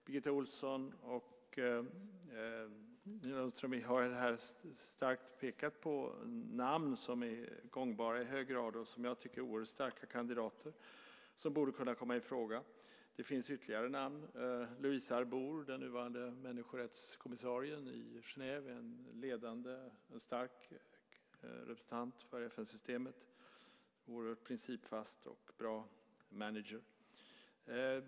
Birgitta Ohlsson och Nina Lundström har starkt pekat på namn som i hög grad är gångbara och som jag tycker är oerhört starka kandidater som borde kunna komma i fråga. Det finns ytterligare namn. Louise Arbour, den nuvarande människorättskommissarien i Genève, är en ledande och stark representant för FN-systemet. Hon är en oerhört principfast och bra manager.